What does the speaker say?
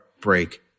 break